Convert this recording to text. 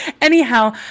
Anyhow